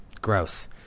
Gross